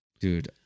Dude